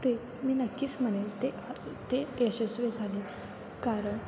ते मी नक्कीच म्हणेन ते ते यशस्वी झाले कारण